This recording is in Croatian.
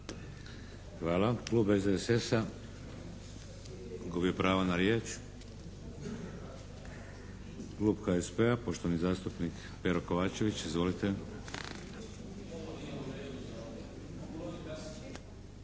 Hvala. Klub SDSS-a? Gubi pravo na riječ. Klub HSP-a, poštovani zastupnik Pero Kovačević. Izvolite!